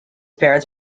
parents